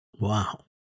Wow